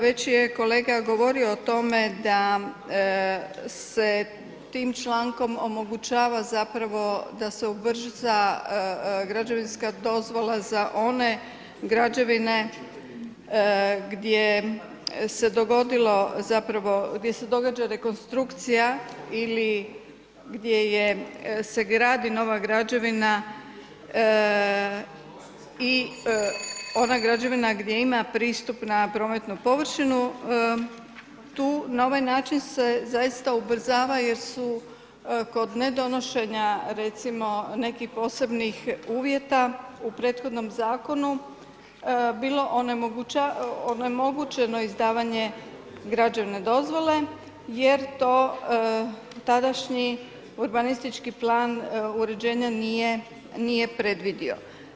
Već je kolega govorio o tome da se tim člankom omogućava zapravo da se ubrza građevinska dozvola za one građevine gdje se dogodilo zapravo, gdje se događa rekonstrukcija ili gdje se gradi nova građevina i ona građevina gdje ima pristup na prometnu površinu, tu na ovaj način se zaista ubrzava jer su kod nedonošenja recimo nekih posebnih uvjeta u prethodnom zakonu bilo onemogućeno izdavanje građevne dozvole jer to tadašnji urbanistički plan uređenja nije predvidio.